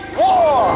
war